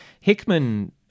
Hickman